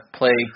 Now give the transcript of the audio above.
play